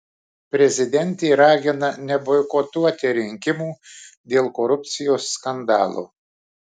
prezidentė ragina neboikotuoti rinkimų dėl korupcijos skandalo